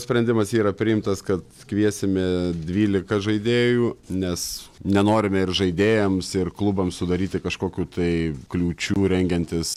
sprendimas yra priimtas kad kviesime dvyliką žaidėjų nes nenorime ir žaidėjams ir klubams sudaryti kažkokių tai kliūčių rengiantis